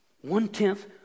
one-tenth